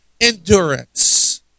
endurance